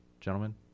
gentlemen